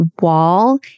wall